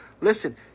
Listen